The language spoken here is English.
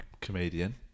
comedian